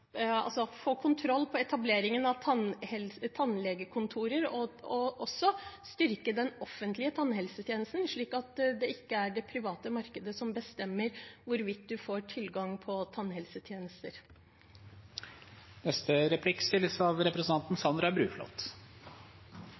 kontroll på etableringen av tannlegekontorer og også styrke den offentlige tannhelsetjenesten, slik at det ikke er det private markedet som bestemmer hvorvidt man får tilgang til tannhelsetjenester.